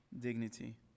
dignity